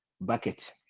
bucket